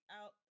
out